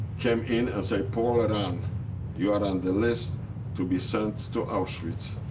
came in and say, polerand, you are on the list to be sent to auschwitz.